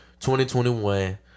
2021